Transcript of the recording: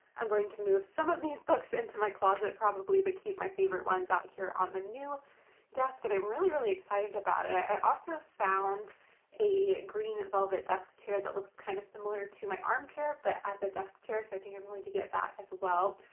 i'm going to move some of these books into my closet probably, but keep my favorite ones out here on the new desk and i'm really, really excited about it. i also found a green velvet desk chair, that looks kind of similar to my armchair but as a desk chair, so i think i'm going to get that as well.